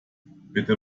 bitte